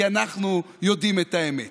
כי אנחנו יודעים את האמת.